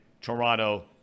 Toronto